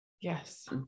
yes